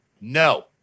no